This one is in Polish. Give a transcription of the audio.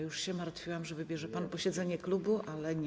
Już się martwiłam, że wybierze pan posiedzenie klubu, ale nie.